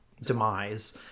demise